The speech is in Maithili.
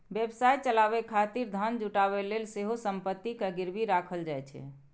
व्यवसाय चलाबै खातिर धन जुटाबै लेल सेहो संपत्ति कें गिरवी राखल जाइ छै